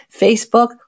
Facebook